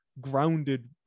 grounded